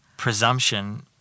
Presumption